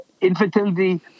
Infertility